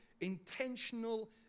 intentional